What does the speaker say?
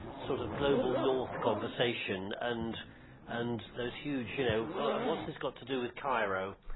sort of global north conversation and and those huge, you know what's this got to do with cairo.